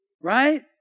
Right